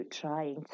trying